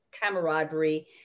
camaraderie